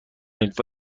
کنید